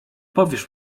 powiesz